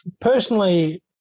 personally